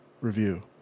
review